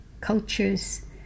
cultures